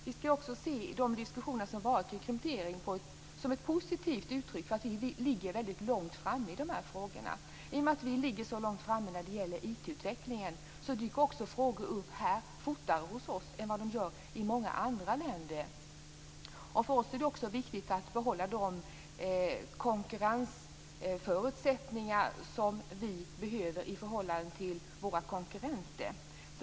Vi ska också se de diskussioner som varit om kryptering som ett positivt uttryck för att vi ligger väldigt långt framme i dessa frågor. I och med att vi ligger så långt framme i IT-utvecklingen dyker också frågor upp fortare hos oss än vad de gör i många andra länder. För oss är det också viktigt att behålla de konkurrensförutsättningar som vi behöver i förhållande till våra konkurrenter.